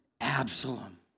Absalom